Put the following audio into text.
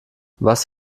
was